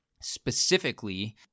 specifically